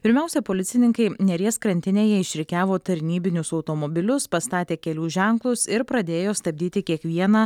pirmiausia policininkai neries krantinėje išrikiavo tarnybinius automobilius pastatė kelių ženklus ir pradėjo stabdyti kiekvieną